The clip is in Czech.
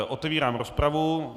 Otevírám rozpravu.